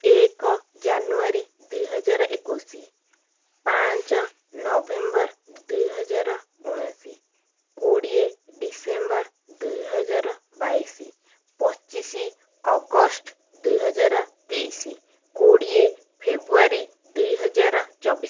ଏକ ଜାନୁଆରୀ ଦୁଇହଜାର ଏକୋଇଶି ପାଞ୍ଚ ନଭେମ୍ବର୍ ଦୁଇହଜାର ଉଣେଇଶି କୋଡ଼ିଏ ଡିସେମ୍ବର୍ ଦୁଇହଜାର ବାଇଶି ପଚିଶ ଅଗଷ୍ଟ ଦୁଇହଜାର ତେଇଶି କୋଡ଼ିଏ ଫେବୃଆରୀ ଦୁଇହଜାର ଚବିଶ